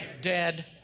dead